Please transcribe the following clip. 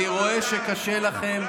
אני רואה שקשה לכם.